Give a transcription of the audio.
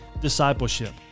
discipleship